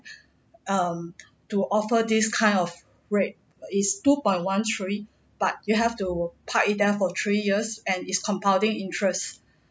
um to offer this kind of rate is two point one three but you have to park it there for three years and is compounding interest